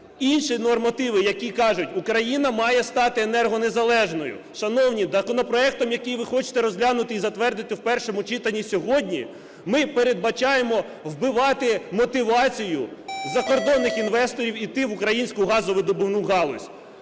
Інші нормативи, які кажуть: "Україна має стати енергонезалежною". Шановні, законопроектом, який ви хочете розглянути і затвердити в першому читанні сьогодні, ми передбачаємо вбивати мотивацію закордонних інвесторів йти в українську газовидобувну галузь.